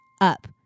up